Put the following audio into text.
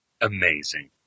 amazing